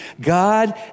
God